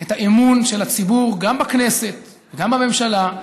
את האמון של הציבור, גם בכנסת, גם בממשלה.